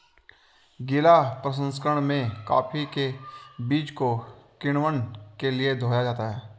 गीला प्रसंकरण में कॉफी के बीज को किण्वन के लिए धोया जाता है